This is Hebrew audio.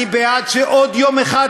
אני בעד שיהיה פה עוד יום אחד,